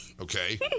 okay